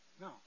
No